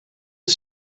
het